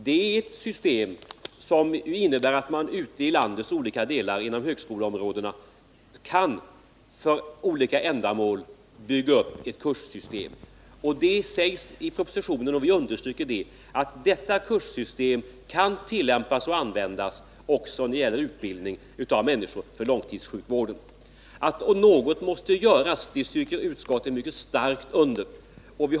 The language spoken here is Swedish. Det är ett system som innebär att man inom högskoleområdena ute i landets olika delar kan bygga upp ett kurssystem för olika ändamål. Det sägs i propositionen — och vi understryker — att detta kurssystem kan tillämpas och användas även när det gäller utbildning av människor för långtidssjukvården. Att något måste göras stryker utskottet mycket starkt under.